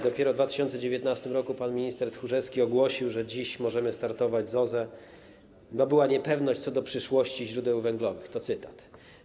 Dopiero w 2019 r. pan minister Tchórzewski ogłosił, że dziś możemy startować z OZE, bo: była niepewność co do przyszłości źródeł węglowych - to cytat.